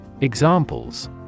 Examples